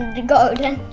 the garden.